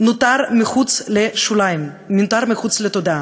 נותר מחוץ לשוליים, נותר מחוץ לתודעה.